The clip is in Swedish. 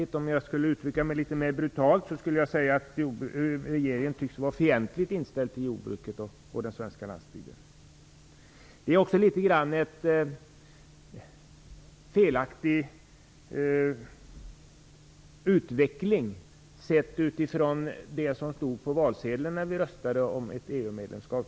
Jag skulle litet mera brutalt uttryckt kunna säga att regeringen tycks vara fientligt inställd till de svenska jordbrukarna och den svenska landsbygden. Det visar också litet grand på en felaktig utveckling utifrån det som stod på valsedeln när vi röstade om ett EU-medlemskap.